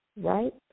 right